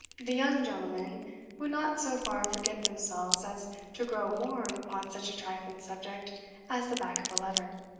the young gentlemen would not so far forget themselves as to grow warm upon such a trifling subject as the back of a letter.